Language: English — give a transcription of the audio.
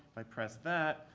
they press that.